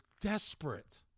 desperate